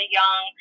young